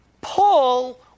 Paul